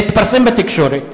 זה התפרסם בתקשורת